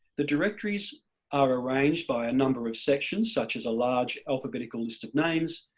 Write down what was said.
the directories are arranged by a number of sections such as a large alphabetical list of names,